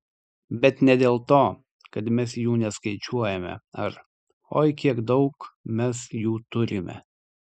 bet ne dėl to kad mes jų neskaičiuojame ar oi kiek daug mes jų turime